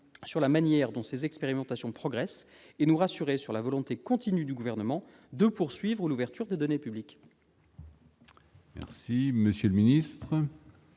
sur la manière dont ces expérimentations progressent et nous rassurer sur la volonté continue du Gouvernement de poursuivre l'ouverture des données publiques